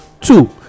two